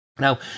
Now